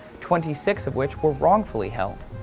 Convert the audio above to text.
twenty six of which were wrongfully held.